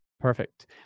Perfect